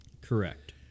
correct